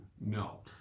no